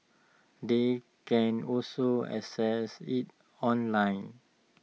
they can also access IT online